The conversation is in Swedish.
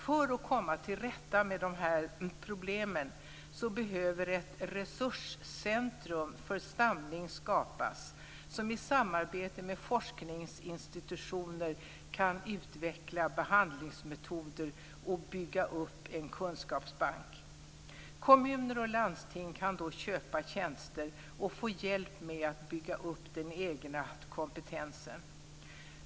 För att vi ska komma till rätta med de här problemen behöver ett resurscentrum för stamning skapas som i samarbete med forskningsinstitutioner kan utveckla behandlingsmetoder och bygga upp en kunskapsbank. Kommuner och landsting kan då köpa tjänster och få hjälp med att bygga upp den egna kompetensen.